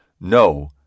no